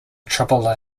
trouble